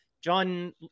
John